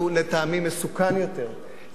הוא לטעמי מסוכן יותר,